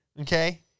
Okay